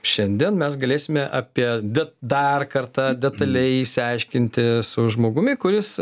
šiandien mes galėsime apie bet dar kartą detaliai išsiaiškinti su žmogumi kuris